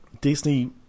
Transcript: Disney